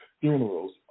funerals